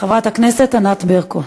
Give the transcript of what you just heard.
חברת הכנסת ענת ברקו.